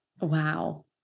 Wow